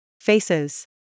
Faces